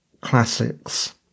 classics